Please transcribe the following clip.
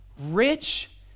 Rich